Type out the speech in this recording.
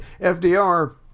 FDR